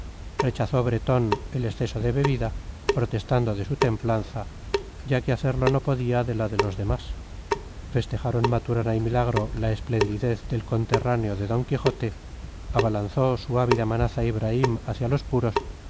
rechazó bretón el exceso de bebida protestando de su templanza ya que hacerlo no podía de la de los demás festejaron maturana y milagro la esplendidez del conterráneo de d quijote abalanzó su ávida manaza ibraim hacia los puros